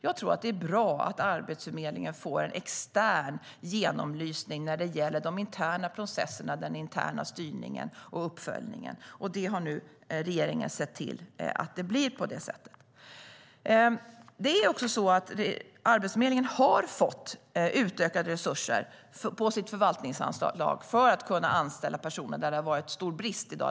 Jag tror att det är bra att Arbetsförmedlingen får en extern genomlysning när det gäller de interna processerna och den interna styrningen och uppföljningen. Regeringen har nu sett till att det blir på det sättet. Arbetsförmedlingen har fått utökade resurser i sitt förvaltningsanslag för att kunna anställa personer där det har rått stor brist i dag.